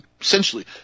essentially